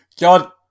God